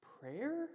Prayer